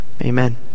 Amen